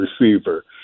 receiver